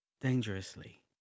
dangerously